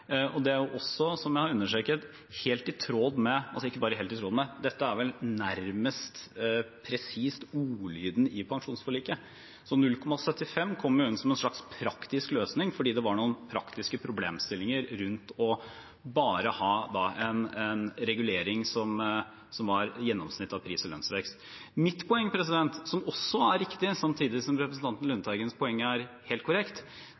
og det er jo også, som jeg har understreket, helt i tråd med pensjonsforliket. Det er ikke bare helt i tråd med – dette er vel nærmest presist ordlyden i pensjonsforliket. Så 0,75 kom inn som en slags praktisk løsning, fordi det var noen praktiske problemstillinger rundt det å bare ha en regulering som var gjennomsnittet av pris- og lønnsvekst. Mitt poeng, som også er riktig, samtidig som representanten Lundteigens poeng er helt korrekt,